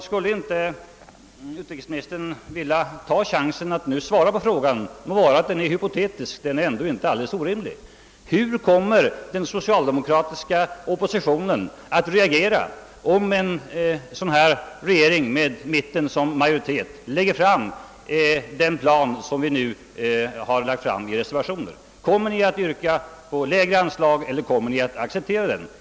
Skulle inte utrikesministern vilja ta chansen att nu svara på frågan, det må vara att den är hypotetisk men den är ändå inte alldeles orimlig. Hur kommer den socialdemokratiska oppositionen att reagera, om en regering med mittenpartierna som majoritet lägger fram den plan som vi nu presenterat i våra reservationer? Kommer ni att yrka på lägre anslag eller kommer ni att acceptera vår plan?